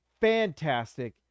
Fantastic